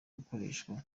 gukoreshwa